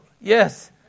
Yes